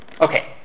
Okay